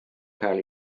cael